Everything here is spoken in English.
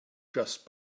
just